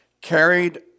carried